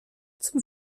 zum